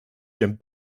tient